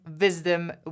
wisdom